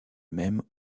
même